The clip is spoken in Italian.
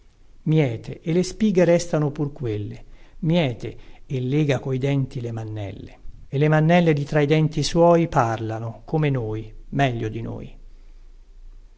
miete e le spighe restano pur quelle miete e lega coi denti le mannelle e le mannelle di tra i denti suoi parlano come noi meglio di noi